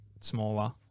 smaller